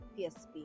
PSP